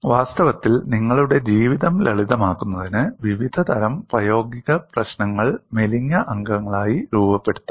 വാസ്തവത്തിൽ നിങ്ങളുടെ ജീവിതം ലളിതമാക്കുന്നതിന് വിവിധതരം പ്രായോഗിക പ്രശ്നങ്ങൾ മെലിഞ്ഞ അംഗങ്ങളായി രൂപപ്പെടുത്താം